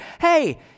hey